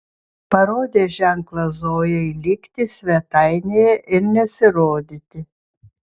parodė ženklą zojai likti svetainėje ir nesirodyti